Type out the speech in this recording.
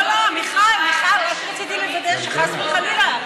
לא, מיכל, מיכל, רק רציתי לוודא שחס וחלילה.